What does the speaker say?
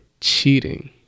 cheating